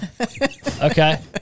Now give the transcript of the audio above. okay